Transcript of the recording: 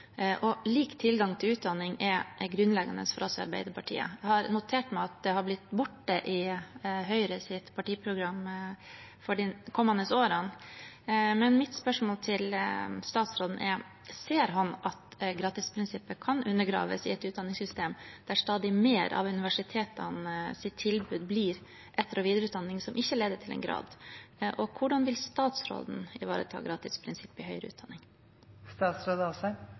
Lik tilgang til utdanning er grunnleggende for oss i Arbeiderpartiet. Jeg har notert meg at det har blitt borte i Høyres partiprogram for de kommende årene. Mitt spørsmål til statsråden er: Ser han at gratisprinsippet kan undergraves i et utdanningssystem der stadig mer av universitetenes tilbud blir etter- og videreutdanning som ikke leder til en grad? Hvordan vil statsråden ivareta gratisprinsippet i høyere